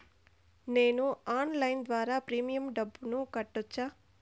నేను ఆన్లైన్ ద్వారా ప్రీమియం డబ్బును కట్టొచ్చా?